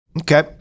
Okay